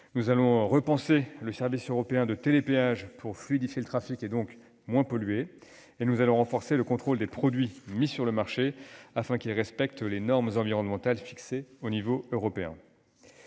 nous allons repenser le service européen de télépéage pour fluidifier le trafic, donc moins polluer ; nous allons renforcer le contrôle des produits mis sur le marché, afin qu'ils respectent les normes environnementales fixées au niveau européen.